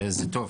זה טוב.